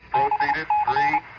i